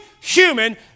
human